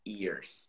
ears